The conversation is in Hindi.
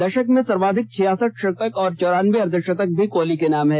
दशक में सर्वाधिक छियासठ शतक और चौरानबे अर्धशतक भी कोहली के नाम है